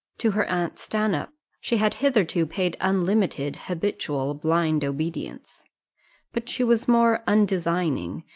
to her aunt stanhope she had hitherto paid unlimited, habitual, blind obedience but she was more undesigning,